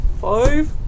Five